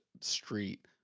street